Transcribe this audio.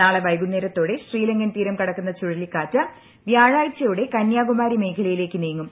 നാളെ വൈകുന്നേരത്തോടെ ശ്രീലങ്കൻ തീരം കടക്കുന്ന ചുഴലിക്കാറ്റ് വ്യാഴാഴ്ചയോടെ കന്യാകുമാരി മേഖലയിലേക്ക് നീങ്ങും